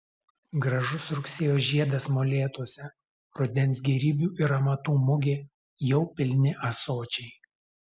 gražus rugsėjo žiedas molėtuose rudens gėrybių ir amatų mugė jau pilni ąsočiai